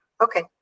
okay